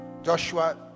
Joshua